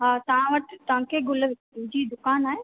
हा तव्हां वटि तव्हांखे ग़ुल जी दुकानु आहे